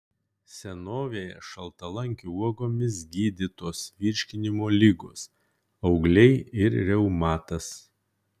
senovėje šaltalankių uogomis gydytos virškinimo ligos augliai ir reumatas